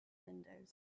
windows